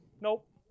Nope